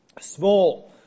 small